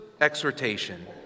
exhortation